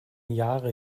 jahre